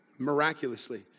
miraculously